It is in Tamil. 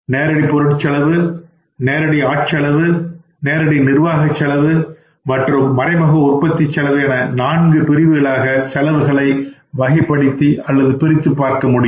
நேரடிப் பொருள் செலவு நேரடி ஆட்செலவு நேரடி நிர்வாகச் செலவு மற்றும் மறைமுக உற்பத்தி செலவு என நான்கு பிரிவுகளாக செலவுகளை வகைப்படுத்த பிரிக்க முடியும்